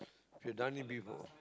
if you've done it before